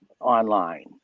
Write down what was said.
online